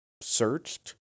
searched